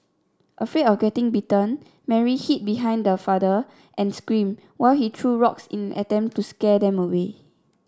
afraid of getting bitten Mary hid behind her father and screamed while he threw rocks in an attempt to scare them away